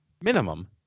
Minimum